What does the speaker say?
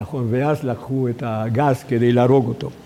נכון, ואז לקחו את הגז כדי להרוג אותו.